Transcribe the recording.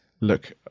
look